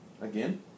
Again